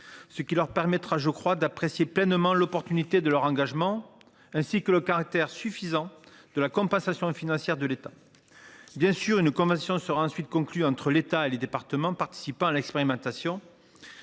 ce qui leur permettra d’apprécier pleinement l’opportunité de leur engagement, ainsi que le caractère suffisant de la compensation financière de l’État. Une convention serait ensuite conclue entre l’État et le département participant à l’expérimentation,